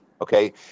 okay